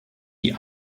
die